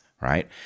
right